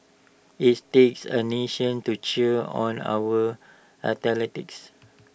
its takes A nation to cheer on our athletes